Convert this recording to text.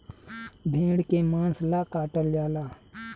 भेड़ के मांस ला काटल जाला